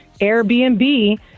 Airbnb